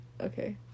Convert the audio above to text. okay